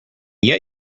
yet